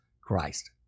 Christ